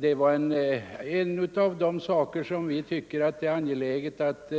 öka tillgången på Det är ett av de områden där vi tycker att det är angeläget att